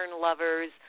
lovers